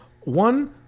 one